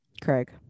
Craig